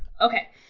Okay